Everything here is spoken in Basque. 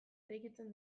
eraikitzen